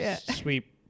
Sweep